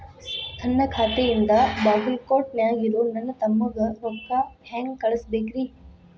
ನನ್ನ ಖಾತೆಯಿಂದ ಬಾಗಲ್ಕೋಟ್ ನ್ಯಾಗ್ ಇರೋ ನನ್ನ ತಮ್ಮಗ ರೊಕ್ಕ ಹೆಂಗ್ ಕಳಸಬೇಕ್ರಿ?